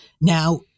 Now